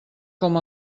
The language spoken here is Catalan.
com